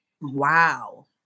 Wow